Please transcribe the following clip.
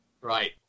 Right